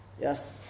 Yes